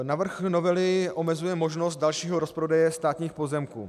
Návrh novely omezuje možnost dalšího rozprodeje státních pozemků.